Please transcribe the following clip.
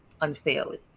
unfairly